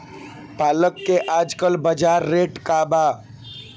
पालक के आजकल बजार रेट का बा?